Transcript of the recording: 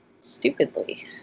stupidly